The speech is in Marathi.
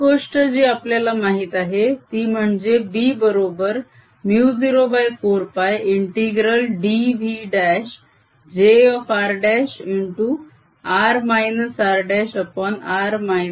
एक गोष्ट जी आपल्याला माहित आहे ती म्हणजे B बरोबर μ04π∫dV' jr'xr r'r r'3 होय